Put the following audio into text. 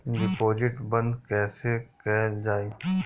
Deposit बंद कैसे कैल जाइ?